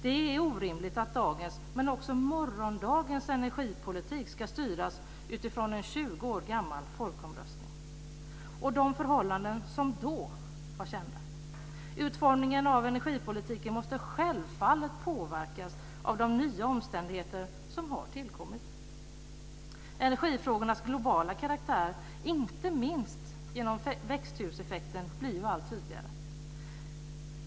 Det är orimligt att dagens, men också morgondagens, energipolitik ska styras utifrån en 20 gammal folkomröstning och de förhållanden som då var kända. Utformningen av energipolitik måste självfallet påverkas av de nya omständigheter som har tillkommit. Energifrågornas globala karaktär, inte minst genom växthuseffekten, blir allt tydligare.